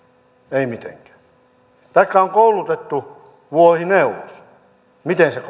emme mitenkään taikka on koulutettu vuohineuvos miten se